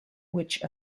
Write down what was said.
which